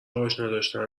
آشناداشتن